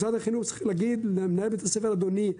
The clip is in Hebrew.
משרד החינוך צריך להגיד למנהל בית הספר: אדוני,